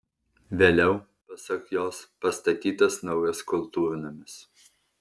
vėliau pasak jos pastatytas naujas kultūrnamis